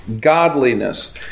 godliness